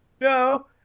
no